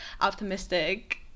optimistic